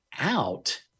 out